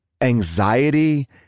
anxiety